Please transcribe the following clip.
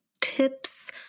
tips